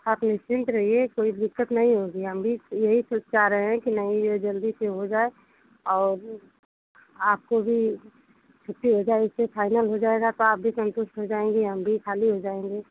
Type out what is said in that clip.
आप निश्चिंत रहिए कोई दिक्कत नहीं होगी हम भी यही सब चाह रहे हैं नहीं ये जल्दी से हो जाए और आप को भी छुट्टी हो जाए इस से फाइनल हो जाएगा तो आप भी संतुष्ट हो जाएंगे हम भी खाली हो जाएगे